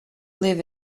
live